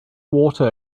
water